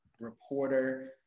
reporter